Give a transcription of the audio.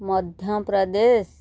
Madhya Pradesh